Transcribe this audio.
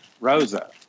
rosa